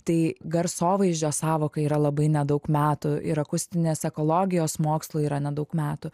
tai garsovaiždžio sąvokai yra labai nedaug metų ir akustinės ekologijos mokslui yra nedaug metų